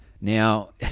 Now